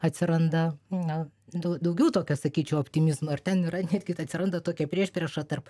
atsiranda gal dau daugiau tokio sakyčiau optimizmo ir ten yra netgi atsiranda tokia priešprieša tarp